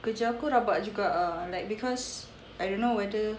kerja aku rabak juga ah like because I don't know whether